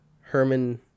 Herman